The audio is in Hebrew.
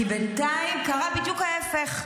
כי בינתיים קרה בדיוק ההפך.